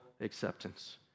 acceptance